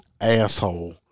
asshole